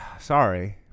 sorry